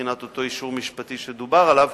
מבחינת אותו אישור משפטי שדובר עליו,